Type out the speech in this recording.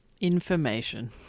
information